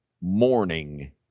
morning